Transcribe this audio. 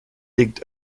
liegt